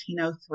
1903